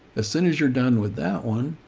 as soon as you're done with that one,